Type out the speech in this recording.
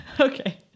Okay